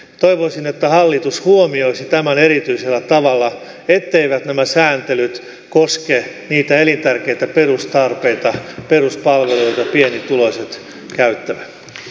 toivoisin että hallitus huomioisi tämän erityisellä tavalla etteivät nämä sääntelyt koske niitä elintärkeitä perustarpeita peruspalveluita joita pienituloiset käyttävät